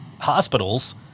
hospitals